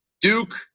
Duke